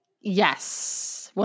yes